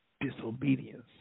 Disobedience